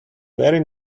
very